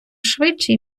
швидше